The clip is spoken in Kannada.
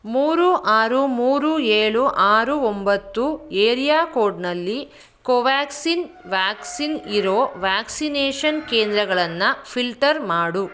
ಮೂರು ಆರು ಮೂರು ಏಳು ಆರು ಒಂಬತ್ತು ಏರಿಯಾ ಕೋಡ್ನಲ್ಲಿ ಕೋವ್ಯಾಕ್ಸಿನ್ ವ್ಯಾಕ್ಸಿನ್ ಇರೋ ವ್ಯಾಕ್ಸಿನೇಷನ್ ಕೇಂದ್ರಗಳನ್ನು ಫಿಲ್ಟರ್ ಮಾಡು